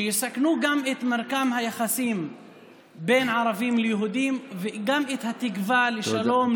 שיסכנו גם את מרקם היחסים בין הערבים ליהודים וגם את התקווה לשלום,